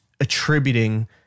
attributing